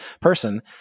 person